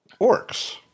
orcs